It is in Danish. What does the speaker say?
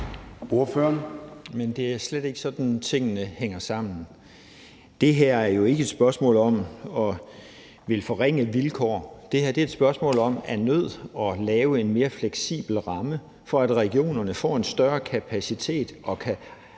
Det er slet ikke sådan, tingene hænger sammen. Det her er jo ikke et spørgsmål om at ville forringe vilkår. Det her er et spørgsmål om af nød at lave en mere fleksibel ramme, for at regionerne får en større kapacitet og kan